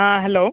ᱦᱮᱸ ᱦᱮᱞᱳ